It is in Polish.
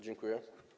Dziękuję.